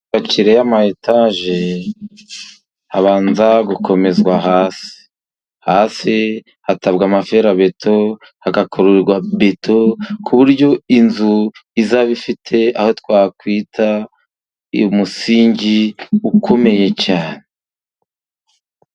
Imyubakire y'amayetaje, habanza gukomezwa hasi. Hasi hatabwa amaferabeto, hagakorerwa beto, ku buryo inzu izaba ifite aho twakwita umusingi ukomeye cyane.